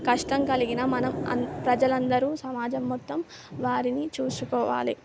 కష్టం కలిగిన మనం అం ప్రజలందరూ సమాజం మొత్తం వారిని చూసుకోవాలి